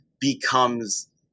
becomes